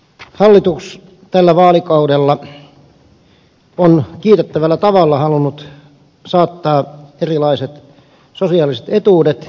hallitus on tällä vaalikaudella kiitettävällä tavalla halunnut saattaa erilaiset sosiaaliset etuudet elinkustannusindeksin pariin